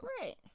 Right